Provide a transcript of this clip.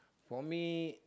for me